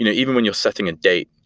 you know even when you're setting a date,